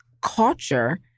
culture